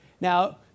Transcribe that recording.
Now